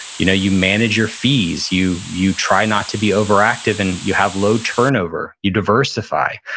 you know you manage your fees, you you try not to be overactive, and you have low turnover, you diversify.